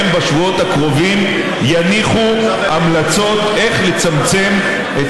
בשבועות הקרובים הם יניחו המלצות איך לצמצם את